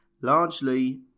largely